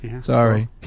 Sorry